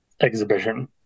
exhibition